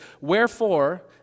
wherefore